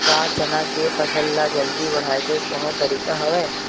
का चना के फसल ल जल्दी बढ़ाये के कोनो तरीका हवय?